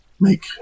make